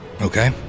okay